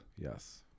Yes